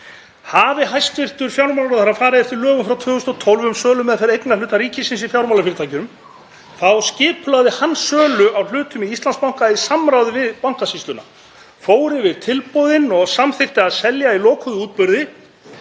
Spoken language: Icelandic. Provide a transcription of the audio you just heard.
Hafi hæstv. fjármálaráðherra farið eftir lögum frá 2012 um sölumeðferð eignarhluta ríkisins í fjármálafyrirtækjum þá skipulagði hann sölu á hlutum í Íslandsbanka í samráði við Bankasýsluna, fór yfir tilboðin og samþykkti að selja í lokuðu útboði